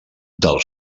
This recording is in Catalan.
del